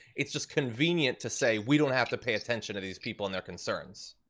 it's just convenient to say, we don't have to pay attention to these people in their concerns.